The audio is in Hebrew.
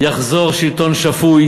יחזור שלטון שפוי,